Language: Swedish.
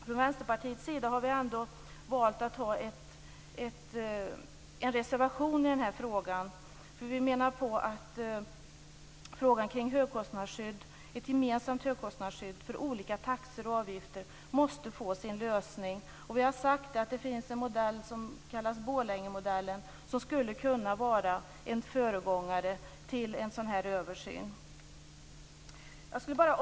Från Vänsterpartiets sida har vi ändå valt att skriva en reservation i frågan. Vi menar nämligen att frågan om ett gemensamt högkostnadsskydd för olika taxor och avgifter måste få sitt svar. Det finns en modell som kallas Borlängemodellen och som skulle kunna vara en föregångare till en sådan här översyn.